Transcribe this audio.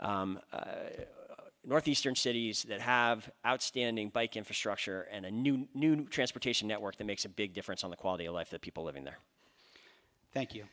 astern cities that have outstanding bike infrastructure and a new new transportation network that makes a big difference on the quality of life the people living there thank